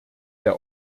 der